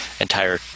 entire